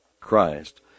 Christ